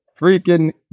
freaking